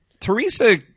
Teresa